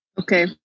Okay